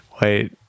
Wait